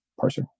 parser